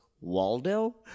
Waldo